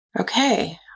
Okay